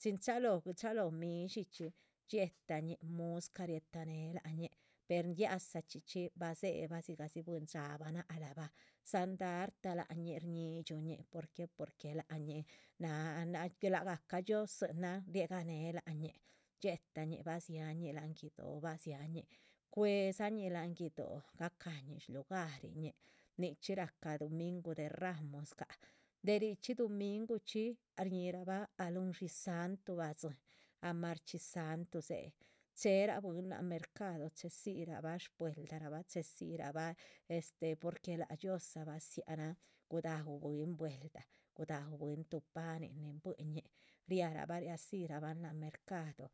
chin chalóho. chalóho midshí chxí chxí dxié tah ñih, muscah riéh tanehe láha ñih per yádza chxí chxí bah dzéhebah dzigah dzi bwín dxáabah nálabah, sandarta lac ñih shñídxiuhñi. porque porque lac ñih náh náha lac gahca dhxióozin riéh ganéhe lac ñih, dxietañih badziañih láhan guido´, ba dziahañi, cuédza ñih láhan guido´, gahcañih. shluhigariñih, nichxí rahca duminguh de ramos, de richxi duminguhchxí shñíhirabah ah lundxi santuh badzíhin ah marchxí santu dzéhe, che´hera bwín láhan mercado. chedzí rabah sbweeldarabah, chehedzirabah este porque láhac dhxiozaa badzia nan gudauh bwín bweelda, gudauh bwín tuh panin nin buihin ñih, riah rabah riazirabahn láhan. mercado